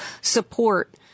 support